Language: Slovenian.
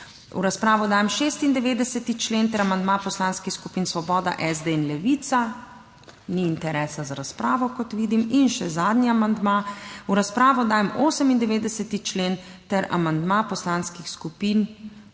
V razpravo dajem 96. člen ter amandma poslanskih skupin Svoboda, SD in Levica. Ni interesa za razpravo, kot vidim. In še zadnji amandma, v razpravo dajem 98. člen ter amandma poslanskih skupin. Svoboda, SD in Levica.